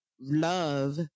love